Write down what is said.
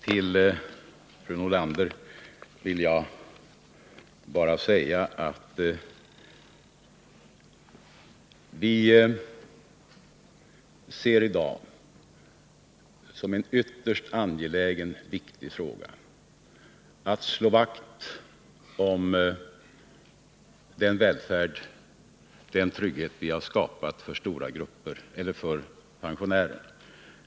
Till fru Nordlander vill jag bara säga att vi i dag ser det som ytterst angeläget och viktigt att slå vakt om den välfärd och den trygghet vi har skapat för pensionärerna.